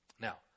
Now